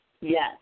Yes